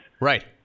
Right